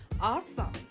awesome